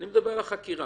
אני מדבר על ההתיישנות.